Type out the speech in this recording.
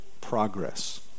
progress